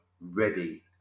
ready